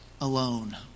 alone